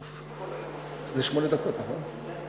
יש שמונה דקות, לא?